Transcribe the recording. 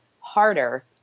harder